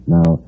Now